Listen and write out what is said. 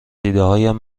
ایدههایم